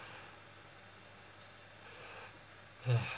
hmm